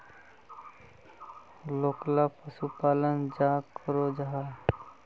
लोकला पशुपालन चाँ करो जाहा?